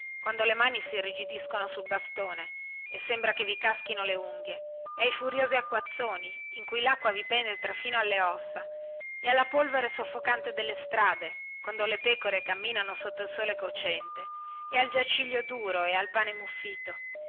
quando le mani si irrigidiscono sul bastone e sembra che vi caschino le unghie e ai furiosi acquazzoni in cui lacqua vi penetra fino alle ossa e alla polvere soffocante delle strade quando le pecore camminano sotto il sole cocente e al giaciglio duro e al pane muffito